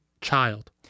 child